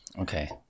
Okay